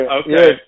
okay